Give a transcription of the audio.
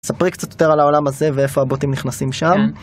ספרי קצת יותר על העולם הזה ואיפה הבוטים נכנסים שם.